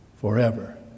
forever